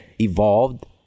evolved